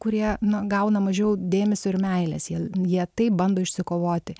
kurie na gauna mažiau dėmesio ir meilės jie jie taip bando išsikovoti